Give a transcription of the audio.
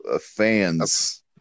fans